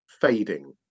fading